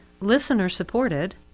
listener-supported